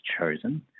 chosen